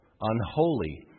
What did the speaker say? unholy